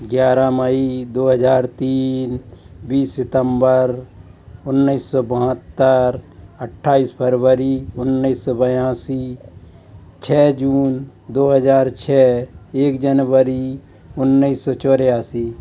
ग्यारह मई दो हज़ार तीन बीस सितंबर उन्नीस सौ बहत्तर अट्ठाईस फरवरी उन्नीस सौ बयासी छः जून दो हज़ार छः एक जनवरी उन्नीस सौ चौरासी